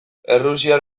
errusiar